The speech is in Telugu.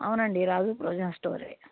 అవునండి రాజు ప్రొవిజన్ స్టోరే